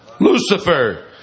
Lucifer